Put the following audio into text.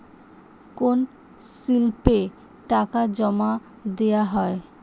কোন স্লিপে টাকা জমাদেওয়া হয়?